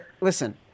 listen